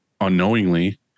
unknowingly